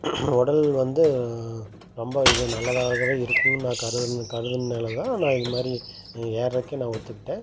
உடல் வந்து ரொம்ப இது நல்லதாகவே இருக்கும் நான் கருதுன் கருதுன்னால் தான் நான் இது மாதிரி ஏறக்கே நான் ஒத்துக்கிட்டேன்